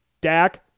Dak